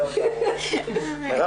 מרב,